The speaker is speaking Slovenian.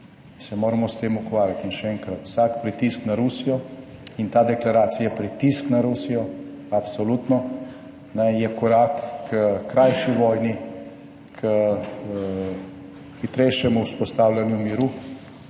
se moramo s tem ukvarjati. In še enkrat, vsak pritisk na Rusijo - in ta deklaracija je pritisk na Rusijo, absolutno – je korak h krajši vojni, k hitrejšemu vzpostavljanju miru